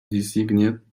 designed